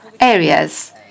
areas